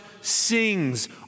Sings